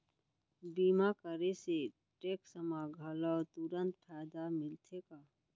बीमा करे से टेक्स मा घलव तुरंत फायदा मिलथे का?